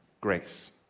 Grace